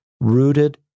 rooted